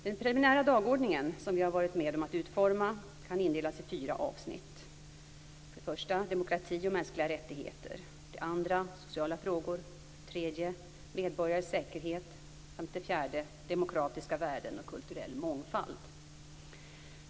Den preliminära dagordningen, som vi har varit med om att utforma, kan indelas i fyra avsnitt: 1. 3. medborgares säkerhet samt 4. demokratiska värden och kulturell mångfald.